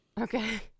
Okay